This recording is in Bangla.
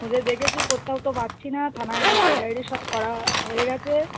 খুঁজে দেখেছি কোত্থাও তো পাচ্ছি না থানায় ডায়েরি টায়েরি সব করা হয়ে গেছে